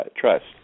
trust